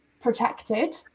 protected